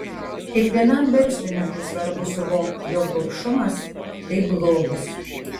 kiekvienam verslininkui svarbu suvokti jog gobšumas tai blogis